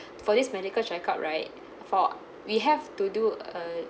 for this medical check-up right for we have to do a